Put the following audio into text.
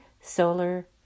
solar